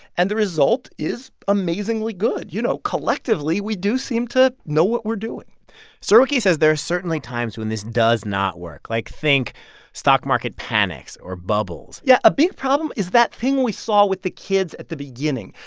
and the result is amazingly good. you know, collectively, we do seem to know what we're doing surowiecki says there are certainly times when this does not work, like think stock market panics or bubbles yeah. a big problem is that thing we saw with the kids at the beginning,